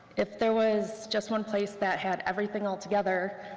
if there was just one place that had everything all together,